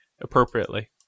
Appropriately